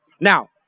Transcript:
Now